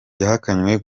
yahakanye